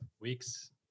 weeks